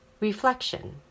Reflection